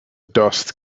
dust